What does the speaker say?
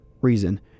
reason